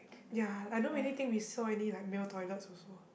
ya I don't really think we saw any like male toilets also